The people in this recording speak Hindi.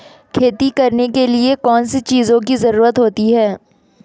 खेती करने के लिए कौनसी चीज़ों की ज़रूरत होती हैं?